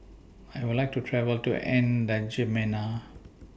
I Would like to travel to N'Djamena